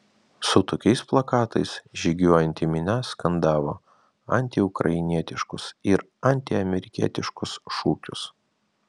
su tokiais plakatais žygiuojanti minia skandavo antiukrainietiškus ir antiamerikietiškus šūkius